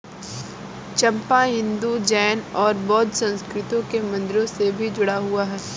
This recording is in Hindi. चंपा हिंदू, जैन और बौद्ध संस्कृतियों के मंदिरों से भी जुड़ा हुआ है